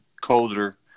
colder